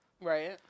Right